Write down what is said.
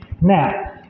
Now